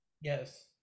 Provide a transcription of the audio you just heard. Yes